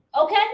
okay